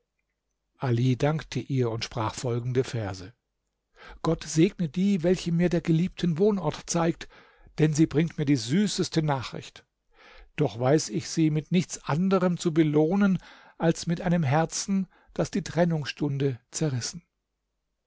ali dankte ihr und sprach folgende verse gott segne die welche mir der geliebten wohnort zeigt denn sie bringt mir die süßeste nachricht doch weiß ich sie mit nichts anderem zu belohnen als mit einem herzen das die trennungsstunde zerrissen